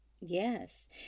yes